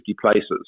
places